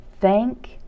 Thank